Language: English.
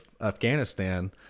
Afghanistan